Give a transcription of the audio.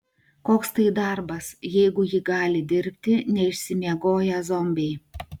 koks tai darbas jeigu jį gali dirbti neišsimiegoję zombiai